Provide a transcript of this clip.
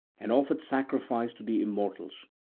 and offered sacrifice to the immortals,